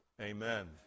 Amen